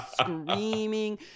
screaming